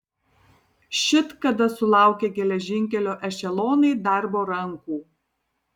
šit kada sulaukė geležinkelio ešelonai darbo rankų